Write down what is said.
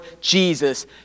Jesus